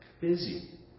busy